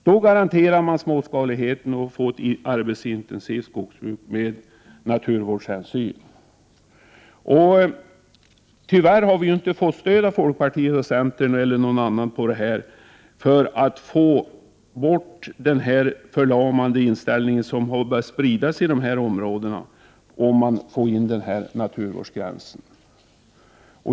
Då garanteras småskaligheten, och man får ett arbetsintensivt skogsbruk med naturvårdshänsyn. Tyvärr har vi inte fått stöd av folkpartiet, centern och andra när det gäller att få bort den förlamande inställning som har börjat sprida sig i de här områdena på grund av talet om naturvårdsgräns.